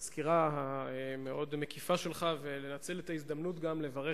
הוא הונח על שולחן הכנסת ואתם מוזמנים לעיין בו.